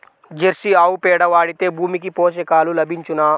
Jersey ఆవు పేడ వాడితే భూమికి పోషకాలు లభించునా?